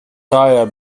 tire